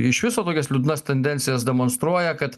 iš viso tokias liūdnas tendencijas demonstruoja kad